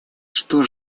что